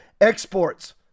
exports